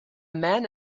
man